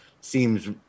seems